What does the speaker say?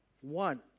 One